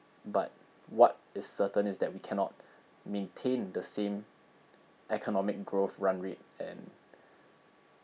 but what is certain is that we cannot maintain the same economic growth run rate and